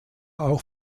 auch